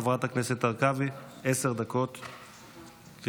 חברת הכנסת הרכבי, עשר דקות לרשותך.